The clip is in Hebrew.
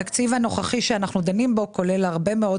התקציב הנוכחי שאנחנו דנים בו כולל הרבה מאוד